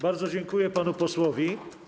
Bardzo dziękuję panu posłowi.